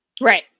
Right